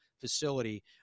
facility